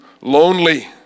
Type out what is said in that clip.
lonely